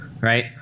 right